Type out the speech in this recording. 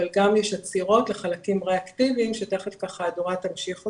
אבל גם יש עצירות לחלקים רה-אקטיביים שתיכף אדורה תמשיך אותי.